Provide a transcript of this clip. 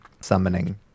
summoning